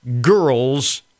girls